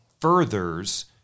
furthers